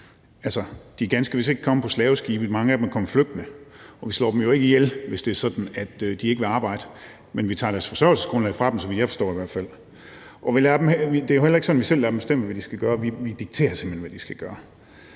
de er ganske vist ikke kommet på slaveskibe, mange af dem er flygtet hertil, og vi slår dem jo ikke ihjel, hvis det er sådan, at de ikke vil arbejde, men vi tager i hvert fald forsørgelsesgrundlaget fra dem, så vidt jeg har forstået det. Det er jo heller ikke sådan, at vi lader dem bestemme selv, hvad de skal gøre, vi dikterer simpelt hen, hvad de skal gøre.